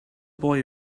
boy